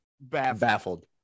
baffled